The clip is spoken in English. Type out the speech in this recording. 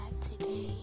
today